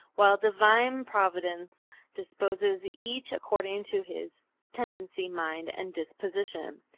while divine providence disposes each according to his tendency, mind and disposition.